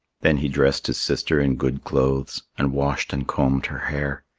then he dressed his sister in good clothes, and washed and combed her hair.